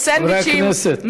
חברי הכנסת.